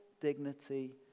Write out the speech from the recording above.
dignity